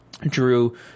Drew